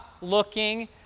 looking